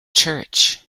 church